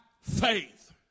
faith